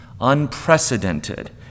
unprecedented